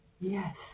Yes